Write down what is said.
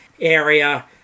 area